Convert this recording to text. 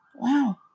Wow